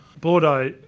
Bordeaux